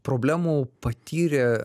problemų patyrė